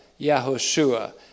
Yahushua